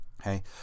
Okay